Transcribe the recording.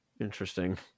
interesting